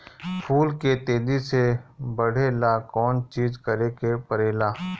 फूल के तेजी से बढ़े ला कौन चिज करे के परेला?